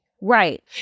Right